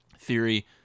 theory